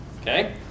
okay